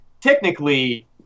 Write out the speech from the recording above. technically